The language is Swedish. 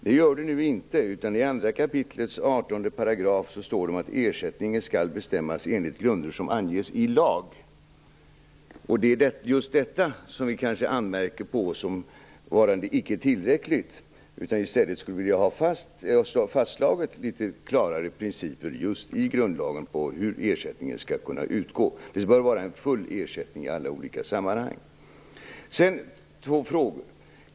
Det gör det inte, utan i andra kapitlets 18 § står det att ersättningen skall bestämmas enligt grunder som anges i lag. Det är just detta som vi anmärker på som varande icke tillräckligt. I stället skulle vi vilja ha fastslaget litet klarare principer just i grundlagen om hur ersättningen skall kunna utgå. Det bör vara en full ersättning i alla olika sammanhang. Sedan har jag två frågor.